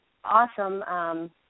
Awesome